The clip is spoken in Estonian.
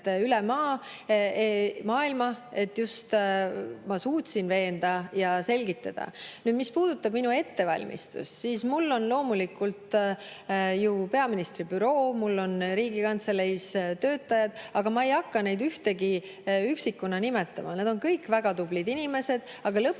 üle maailma, et just ma suutsin veenda ja selgitada. Nüüd, mis puudutab minu ettevalmistust, siis mul on loomulikult peaministri büroo, mul on Riigikantseleis töötajad. Aga ma ei hakka neist ühtegi üksikuna nimetama. Nad on kõik väga tublid inimesed. Aga lõpuks